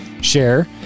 share